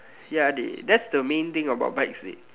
ya dey that's the main thing about bikes dey